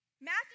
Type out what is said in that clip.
Matthew